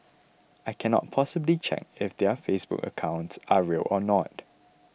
I can't possibly check if their Facebook accounts are real or not